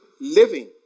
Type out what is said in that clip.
living